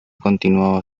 continuaba